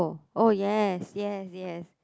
oh yes yes yes